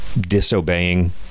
disobeying